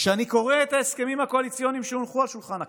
כשאני קורא את ההסכמים הקואליציוניים שהונחו על שולחן הכנסת,